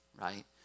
right